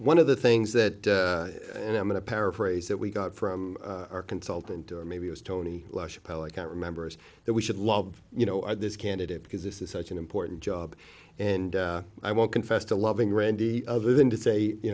one of the things that and i'm going to paraphrase that we got from our consultant or maybe it was tony la chapelle i can't remember is that we should love you know i this candidate because this is such an important job and i won't confess to loving randy other than to say you